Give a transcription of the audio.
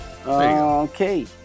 Okay